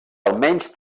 almenys